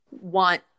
want